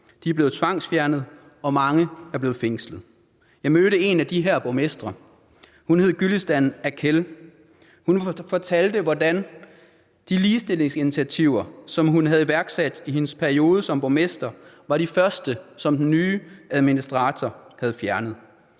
De er blevet tvangsfjernet og mange er blevet fængslet. Jeg mødte en af de her borgmestre. Hun hed Gülistan Akel. Hun fortalte, hvordan de ligestillingsinitiativer, som hun havde iværksat i sin periode som borgmester, var de første, som den nye administrator havde fjernet.